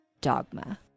Dogma